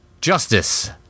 justice